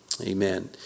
Amen